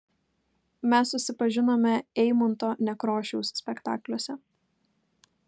mes susipažinome eimunto nekrošiaus spektakliuose